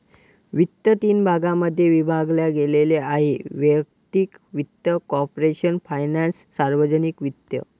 वित्त तीन भागांमध्ये विभागले गेले आहेः वैयक्तिक वित्त, कॉर्पोरेशन फायनान्स, सार्वजनिक वित्त